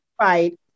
Right